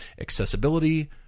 accessibility